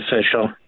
official